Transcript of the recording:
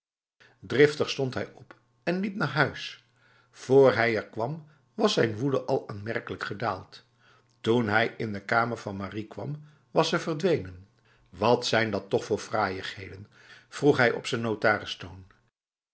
driftig stond hij op en liep naar huis vr hij er kwam was zijn woede al aanmerkelijk gedaald toen hij in de kamer van marie kwam was ze verdwenen wat zijn dat toch voor fraaiigheden vroeg hij op z'n